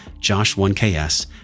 Josh1KS